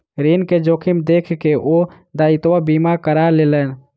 ऋण के जोखिम देख के ओ दायित्व बीमा करा लेलैन